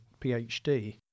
PhD